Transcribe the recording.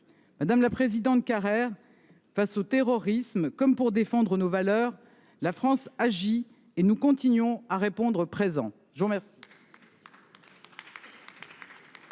Madame la présidente Carrère, face au terrorisme comme pour défendre nos valeurs, la France agit et nous continuons à répondre présent. La parole